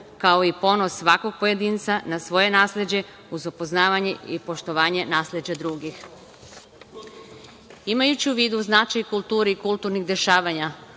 kao i ponos svakog pojedinca na svoje nasleđe uz upoznavanje i poštovanje nasleđa drugih. Imajući u vidu značaj kulture i kulturnih dešavanja,